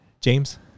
James